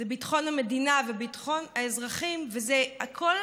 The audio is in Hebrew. ביטחון המדינה וביטחון האזרחים, וזה הכול